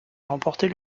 remporter